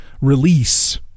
release